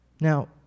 Now